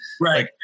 Right